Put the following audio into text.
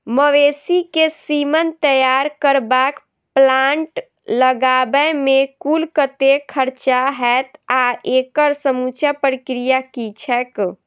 मवेसी केँ सीमन तैयार करबाक प्लांट लगाबै मे कुल कतेक खर्चा हएत आ एकड़ समूचा प्रक्रिया की छैक?